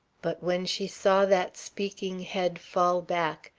but when she saw that speaking head fall back,